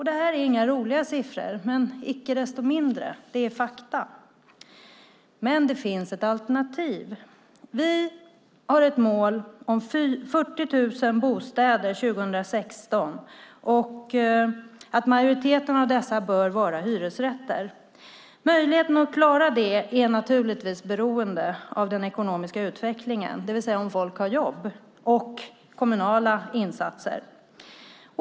Det är inga roliga siffror men icke desto mindre ett faktum. Det finns emellertid ett alternativ. Vi har ett mål om 40 000 bostäder 2016. Majoriteten av dessa bör vara hyresrätter. Möjligheten att klara det är naturligtvis beroende av den ekonomiska utvecklingen, det vill säga om folk har jobb, och av kommunala insatser.